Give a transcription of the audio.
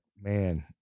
man